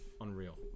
Unreal